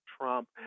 Trump